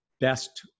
best